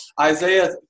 Isaiah